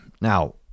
Now